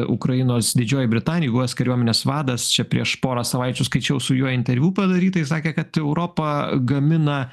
ukrainos didžiojoj britanijoj buvęs kariuomenės vadas čia prieš porą savaičių skaičiau su juo interviu padarytą jis sakė kad europa gamina